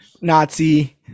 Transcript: Nazi